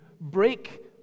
break